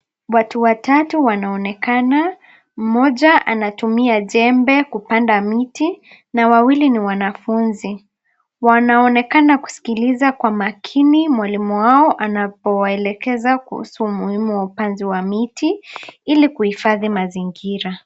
Watu watatu wanaonekana mmoja anatumia jembe kupanda miti na wawili ni wanafunzi wanaonekana kusikiliza kwa makini mwalimu wao anapo waelekeza kuhusu umuhimu wa upanzi wa miti ili kuhifadhi mazingira.